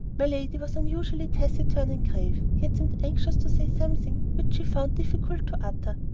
my lady was unusually taciturn and grave, yet seemed anxious to say something which she found difficult to utter.